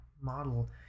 model